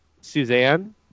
Suzanne